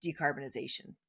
decarbonization